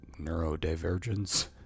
neurodivergence